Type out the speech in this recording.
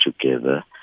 together